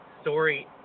story